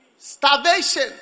Starvation